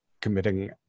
committing